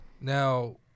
Now